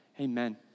amen